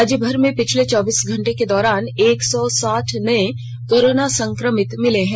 राज्यभर में पिछले चौबीस घंटे के दौरान एक सौ साठ नए कोरोना संक्रमित मिले हैं